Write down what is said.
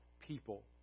people